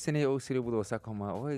seniai ausinių būdavo sakoma oi